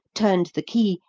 turned the key,